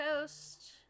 Coast